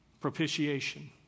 Propitiation